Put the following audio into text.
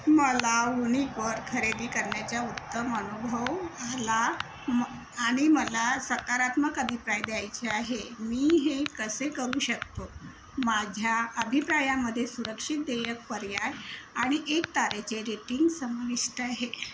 मला उनिकवर खरेदी करण्याचा उत्तम अनुभव आला म आणि मला सकारात्मक अभिप्राय द्यायचे आहे मी हे कसे करू शकतो माझ्या अभिप्रायामध्ये सुरक्षित देयक पर्याय आणि एक तारेचे रेटिंग समाविष्ट आहे